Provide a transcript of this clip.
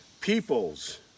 peoples